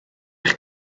eich